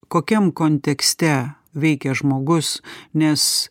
kokiam kontekste veikia žmogus nes